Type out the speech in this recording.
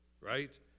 right